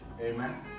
amen